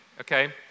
okay